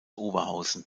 oberhausen